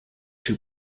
two